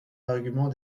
arguments